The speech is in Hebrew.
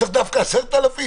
צריך דווקא 10,000?